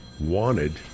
wanted